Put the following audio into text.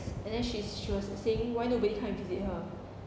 and then she's she was saying why nobody come and visit her